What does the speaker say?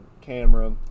camera